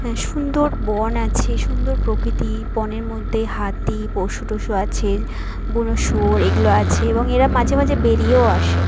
হ্যাঁ সুন্দর বন আছে সুন্দর প্রকৃতি বনের মধ্যে হাতি পশু টশু আছে বুনোশুয়োর এগুলো আছে এবং এরা মাঝে মাঝে বেরিয়েও আসে